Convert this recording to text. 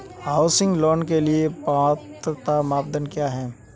Housing loan के लिए पात्रता मानदंड क्या हैं?